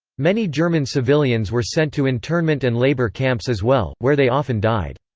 many german civilians were sent to internment and labor camps as well, where they often died.